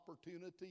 opportunity